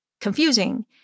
confusing